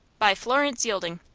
by florence yielding.